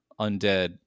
undead